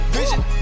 Vision